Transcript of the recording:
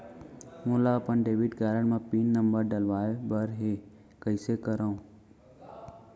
मोला अपन debit card म पिन नंबर डलवाय बर हे कइसे करव?